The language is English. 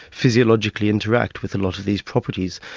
physiologically interact with a lot of these properties.